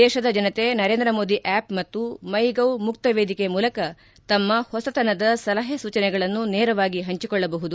ದೇಶದ ಜನತೆ ನರೇಂದ್ರ ಮೋದಿ ಆ್ಕಪ್ ಮತ್ತು ಮೈ ಗೌ ಮುಕ್ತ ವೇದಿಕೆ ಮೂಲಕ ತಮ್ಮ ಹೊಸತನದ ಸಲಹೆ ಸೂಚನೆಗಳನ್ನು ನೇರವಾಗಿ ಹಂಚಿಕೊಳ್ಳಬಹುದು